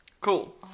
Cool